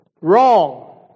wrong